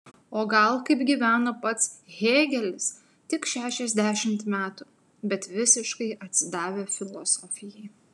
o gal kaip gyveno pats hėgelis tik šešiasdešimt metų bet visiškai atsidavę filosofijai